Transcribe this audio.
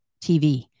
TV